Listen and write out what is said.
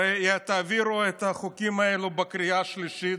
הרי תעבירו את החוקים האלה בקריאה השלישית,